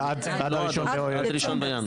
לא, עד ראשון בינואר.